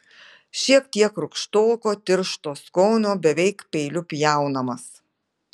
šiek tiek rūgštoko tiršto skonio beveik peiliu pjaunamas